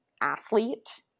athlete